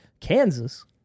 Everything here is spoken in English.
Kansas